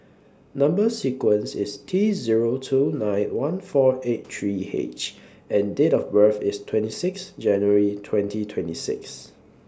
Number sequence IS T Zero two nine one four eight three H and Date of birth IS twenty six January twenty twenty six